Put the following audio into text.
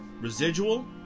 residual